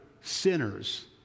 sinners